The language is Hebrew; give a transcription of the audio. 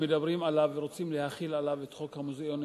שמדברים עליו ורוצים להחיל עליו את חוק המוזיאונים,